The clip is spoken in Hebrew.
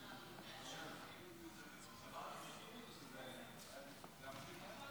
להצעת החוק הוגשו הסתייגויות של סיעת יש עתיד.